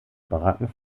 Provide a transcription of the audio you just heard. baracken